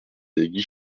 onze